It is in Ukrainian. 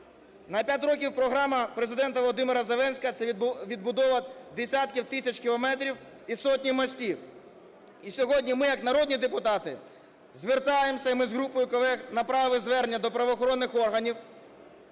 На 5 років програма Президента Володимира Зеленського – це відбудова десятків тисяч кілометрів і сотні мостів. І сьогодні ми як народні депутати, звертаємося, і ми з групою колег направили звернення до правоохоронних органів: